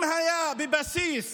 אם הייתה בבסיס